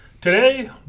Today